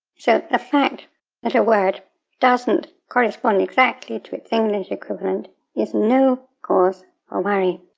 so the fact that a word doesn't correspond exactly to its english equivalent is no cause for worry.